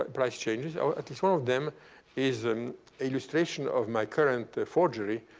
price changes. or at least one of them is an illustration of my current forgery,